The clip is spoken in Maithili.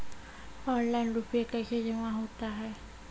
ऑनलाइन रुपये कैसे जमा होता हैं?